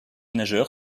nageur